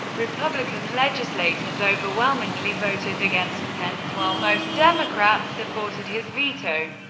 republican legislators overwhelmingly voted against pence, while most democrats supported his veto.